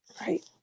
Right